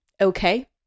okay